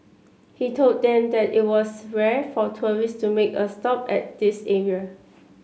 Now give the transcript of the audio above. he told them that it was rare for tourists to make a stop at this area